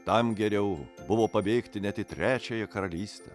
tam geriau buvo pabėgti net į trečiąją karalystę